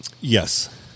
Yes